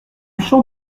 champ